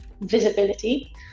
visibility